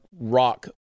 rock